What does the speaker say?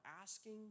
asking